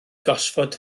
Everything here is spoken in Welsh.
gosford